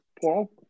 Paul